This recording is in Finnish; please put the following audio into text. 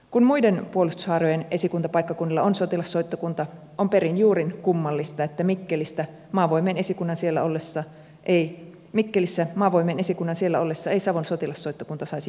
kun muiden puolustushaarojen esikuntapaikkakunnilla on sotilassoittokunta on perin juurin kummallista että mikkelistä maavoimien esikunnan siellä ollessa ei mikkelissä maavoimien esikunnan siellä ollessa ei savon sotilassoittokunta saisi jatkaa